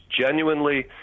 genuinely